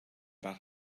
that